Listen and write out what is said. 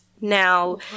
Now